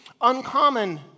uncommon